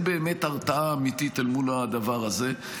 אין באמת הרתעה אמיתית אל מול הדבר הזה.